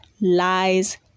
lies